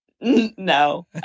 No